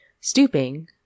Stooping